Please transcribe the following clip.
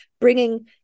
bringing